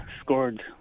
scored